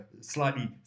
slightly